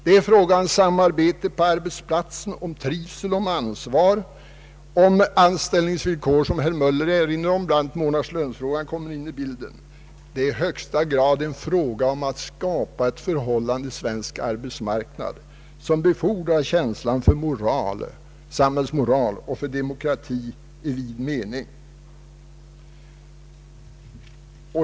Det är fråga om samarbetet på arbetsplatsen, om trivsel, om ansvar, om anställningsvillkor som herr Möller erinrade om. Bland annat kommer månadslönefrågan in i bilden. Det är i högsta grad en fråga om att skapa ett förhållande på svensk arbetsmarknad vilket befordrar känslan för samhällsmoral och demokrati i vid mening.